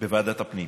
בוועדת הפנים,